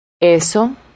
Eso